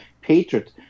patriot